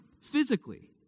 physically